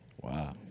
Wow